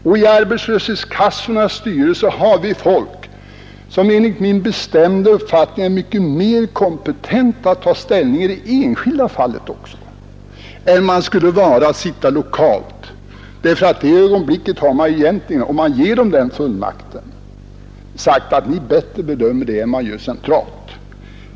I arbetslöshetskassornas styrelser har vi folk som enligt min bestämda uppfattning är mycket mer kompetenta att ta ställning i det enskilda fallet än man skulle vara lokalt. Om vi ger en sådan fullmakt har vi ju i samma ögonblick sagt, att ni bedömer det här bättre än man gör centralt.